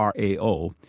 RAO